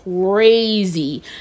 crazy